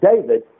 David